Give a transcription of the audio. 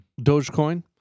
Dogecoin